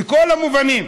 בכל המובנים.